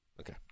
Okay